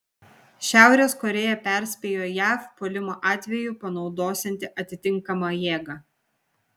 šiaurės korėja perspėjo jav puolimo atveju panaudosianti atitinkamą jėgą